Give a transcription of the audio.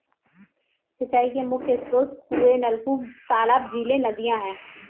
सिंचाई के मुख्य स्रोत कुएँ, नलकूप, तालाब, झीलें, नदियाँ हैं